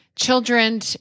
Children